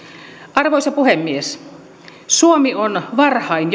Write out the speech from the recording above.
arvoisa puhemies suomi on varhain